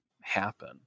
happen